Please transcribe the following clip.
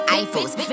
Eiffels